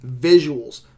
visuals